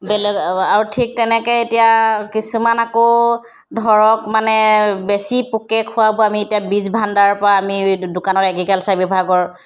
বেলেগ আৰু ঠিক তেনেকৈ এতিয়া কিছুমান আকৌ ধৰক মানে বেছি পোকে খোৱাবোৰ আমি এতিয়া বীজ ভাণ্ডাৰৰ পৰা আমি দোকানৰ এগ্ৰিকালচাৰ বিভাগৰ